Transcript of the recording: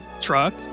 truck